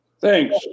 Thanks